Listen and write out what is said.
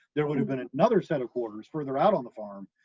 there would have been another set of quarters further out on the farm,